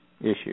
issue